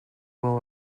will